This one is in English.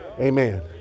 Amen